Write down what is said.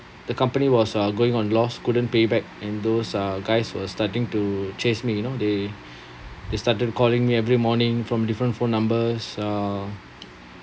the company was uh going on loss couldn't pay back and those uh guys were starting to chase me you know they they started calling me every morning from different phone numbers uh